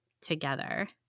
together